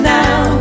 now